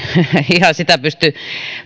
ihan sitä pysty